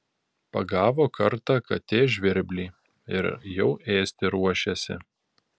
pagavo kartą katė žvirblį ir jau ėsti ruošiasi